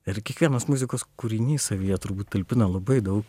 ir kiekvienas muzikos kūrinys savyje turbūt talpina labai daug